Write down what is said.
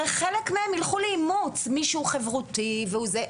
הרי חלק מהם ילכו לאימוץ מי שהוא חברותי וזה,